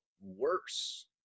worse